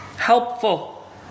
Helpful